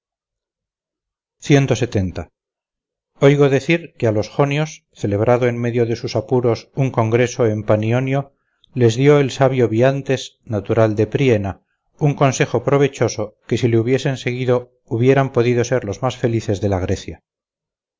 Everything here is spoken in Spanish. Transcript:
oigo decir que a los jonios celebrando en medio de sus apuros un congreso en panionio les dio el sabio biantes natural de priena un consejo provechoso que si le hubiesen seguido hubieran podido ser los más felices de la grecia